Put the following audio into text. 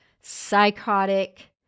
psychotic